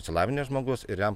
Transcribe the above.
išsilavinęs žmogus ir jam